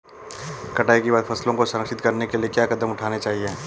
कटाई के बाद फसलों को संरक्षित करने के लिए क्या कदम उठाने चाहिए?